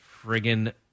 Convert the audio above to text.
friggin